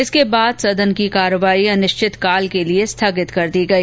इसके बाद सदन की कार्यवाही अनिश्चितकाल के लिए स्थगित कर दी गई